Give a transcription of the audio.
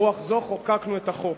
ברוח זו חוקקנו את החוק.